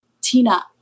Tina